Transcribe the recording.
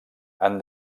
han